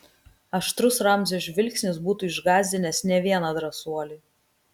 aštrus ramzio žvilgsnis būtų išgąsdinęs ne vieną drąsuolį